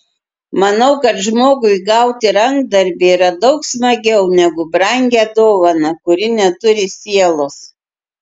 manau kad žmogui gauti rankdarbį yra daug smagiau negu brangią dovaną kuri neturi sielos